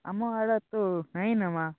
ଆମ ଆଡ଼େ ତ ନାଇଁ ନା ମା'